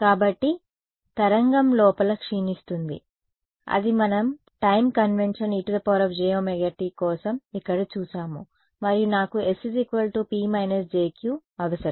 కాబట్టి తరంగం లోపల క్షీణిస్తుంది అది మనం టైమ్ కన్వెన్షన్ ejωt కోసం ఇక్కడ చూశాము మరియు నాకు s p jq అవసరం